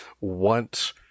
want